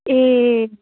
ए